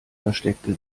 versteckte